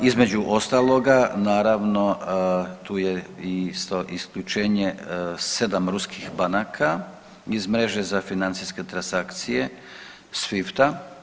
Između ostaloga naravno tu je isto isključenje sedam ruskih banaka iz mreže za financijske transakcije SWIFT-a.